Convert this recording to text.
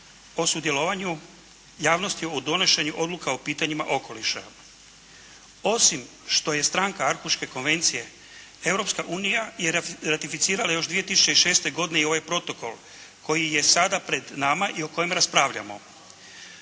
o sudjelovanju javnosti u donošenju odluka o pitanjima okoliša. Osim što je stranka Arhuške konvencije Europska unija je ratificirala još 2006. godine i ovaj Protokol koji je sada pred nama i o kojem raspravljamo.